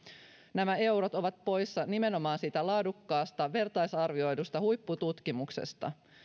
nämä eurot ovat poissa nimenomaan siitä laadukkaasta vertaisarvioidusta huippututkimuksesta